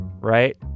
right